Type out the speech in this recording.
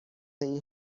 این